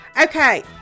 Okay